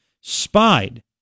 Spied